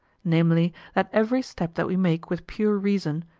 namely, that every step that we make with pure reason,